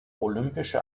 olympische